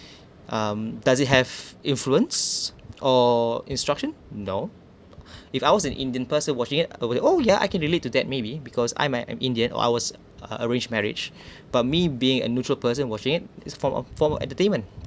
um does it have influence or instruction no if I was an indian person watching it oh yeah I can relate to that maybe because I might an indian or I was arranged marriage but me being a neutral person watching it is form of form of entertainment